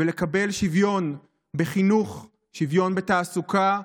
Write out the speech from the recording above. ולקבל שוויון בחינוך, שוויון בתעסוקה,